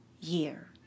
year